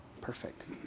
Perfect